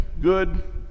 good